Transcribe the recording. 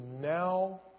now